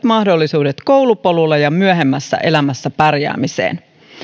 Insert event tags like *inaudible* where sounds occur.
*unintelligible* mahdollisuudet koulupolulle ja myöhemmässä elämässä pärjäämiseen